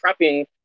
prepping